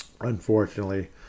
Unfortunately